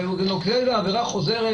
בנוגע לעבירה חוזרת,